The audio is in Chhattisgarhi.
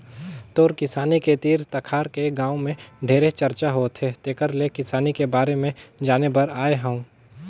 तोर किसानी के तीर तखार के गांव में ढेरे चरचा होवथे तेकर ले किसानी के बारे में जाने बर आये हंव